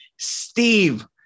Steve